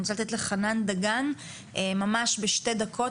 אני רוצה לתת לחנן דגן ממש בשתי דקות